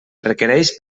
requereix